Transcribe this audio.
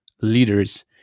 leaders